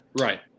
Right